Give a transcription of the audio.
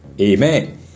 Amen